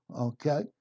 okay